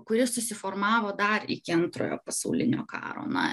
kuri susiformavo dar iki antrojo pasaulinio karo na